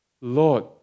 Lord